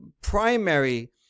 primary